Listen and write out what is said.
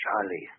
Charlie